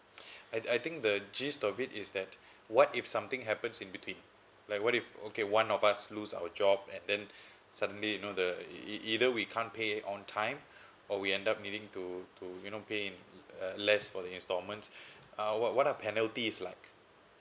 I I think the gist of it is that what if something happens in between like what if okay one of us lose our job and then suddenly you know the either we can't pay on time or we end up needing to to you know pay uh less for the installments uh what are penalties lah